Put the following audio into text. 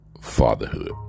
Fatherhood